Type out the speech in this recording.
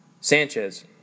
Sanchez